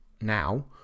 now